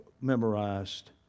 memorized